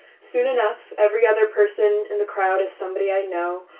soon enough every other person in the crowd is somebody i know,